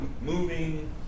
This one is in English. moving